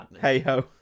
hey-ho